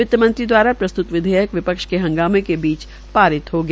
वितमंत्री दवारा प्रस्तूत विधेयक विपक्ष के हंगामें के बीच पारित हो गया